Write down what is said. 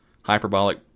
hyperbolic